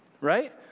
right